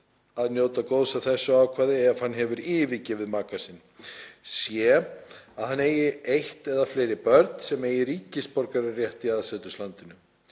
að njóta góðs af þessu ákvæði, ef hann hefur yfirgefið maka sinn; c) Að hann eigi eitt eða fleiri börn, sem eigi ríkisborgararétt í aðseturslandinu.